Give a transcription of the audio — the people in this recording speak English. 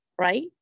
right